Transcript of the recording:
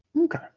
Okay